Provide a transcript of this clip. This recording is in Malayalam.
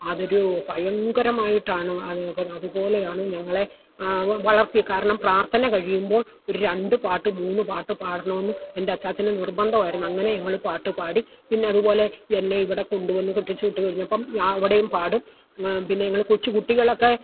അതൊരു ഭയങ്കരമായിട്ടാണ് അതിനൊക്കെ അതുപോലെയാണ് ഞങ്ങളെ വളർത്തിയത് കാരണം പ്രാർത്ഥന കഴിയുമ്പോൾ രണ്ട് പാട്ട് മൂന്ന് പാട്ട് പാടണമെന്ന് എൻ്റെ അച്ചാച്ചന് നിർബന്ധമായിരുന്നു അങ്ങനെ ഞങ്ങൾ പാട്ടുപാടി പിന്നെ അതുപോലെ എന്നെ ഇവിടെ കൊണ്ടുവന്ന് കെട്ടിച്ച് വിട്ടുകഴിഞ്ഞപ്പോൾ ഞാൻ ഇവിടെയും പാടും പിന്നെ ഞങ്ങൾ കൊച്ചുകുട്ടികളൊക്ക